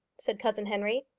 said cousin henry.